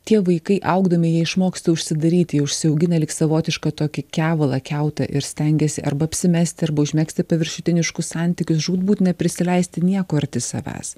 tie vaikai augdami jie išmoksta užsidaryti jie užsiaugina lyg savotišką tokį kevalą kiautą ir stengiasi arba apsimesti arba užmegzti paviršutiniškus santykius žūtbūt neprisileisti nieko arti savęs